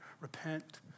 Repent